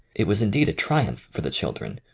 it was indeed a triumph for the children,